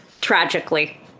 tragically